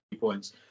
points